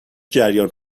جریان